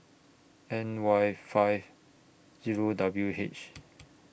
N Y five Zero W H